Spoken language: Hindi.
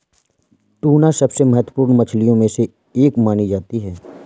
टूना सबसे महत्त्वपूर्ण मछलियों में से एक मानी जाती है